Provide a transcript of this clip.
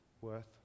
worth